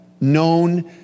known